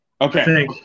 Okay